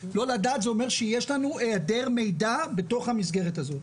זה אומר שיש לנו היעדר מידע בתוך המסגרת הזאת.